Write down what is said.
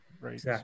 right